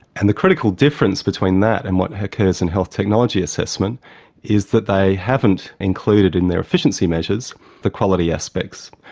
and the critical difference between that and what occurs in health technology assessment is that they haven't included in their efficiency measures the quality aspects.